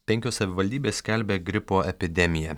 penkios savivaldybės skelbia gripo epidemiją